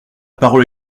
parole